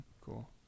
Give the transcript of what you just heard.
Cool